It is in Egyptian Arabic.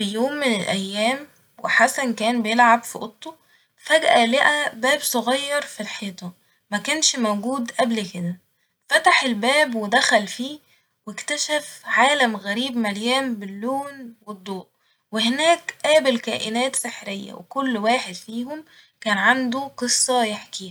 ف يوم من الأيام وحسن كان بيلعب في اوضته فجأة لقى باب صغير في الحيطة مكنش موجود قبل كده ، فتح الباب ودخل فيه واكتشف عالم غريب مليان باللون والضوء وهناك قابل كائنات سحرية وكل واحد فيهم كان عنده قصة يحكيها